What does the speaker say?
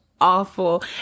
awful